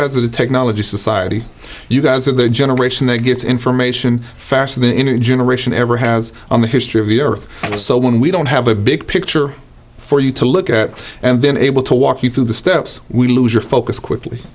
guys are the technology society you guys are the generation that gets information faster than in a generation ever has on the history of the earth so when we don't have a big picture for you to look at and then able to walk you through the steps we lose your focus quickly